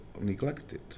neglected